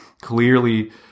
clearly